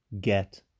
get